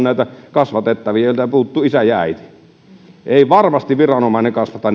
on näitä kasvatettavia joilta puuttuu isä ja äiti ei varmasti viranomainen kasvata